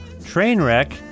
Trainwreck